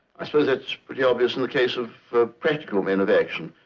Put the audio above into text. i suppose that's pretty obvious in the case of a practical man of action.